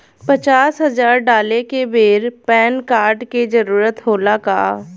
पचास हजार डाले के बेर पैन कार्ड के जरूरत होला का?